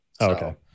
Okay